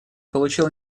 получил